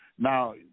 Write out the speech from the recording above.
Now